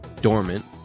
dormant